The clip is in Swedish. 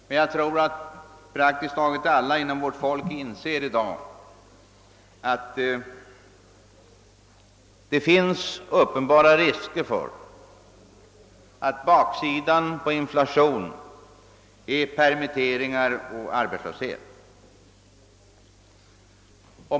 Men jag tror att praktiskt taget alla inom vårt folk i dag inser att det finns uppenbara risker för att baksidan på inflation är permitteringar och arbetslöshet.